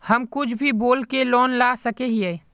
हम कुछ भी बोल के लोन ला सके हिये?